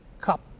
cup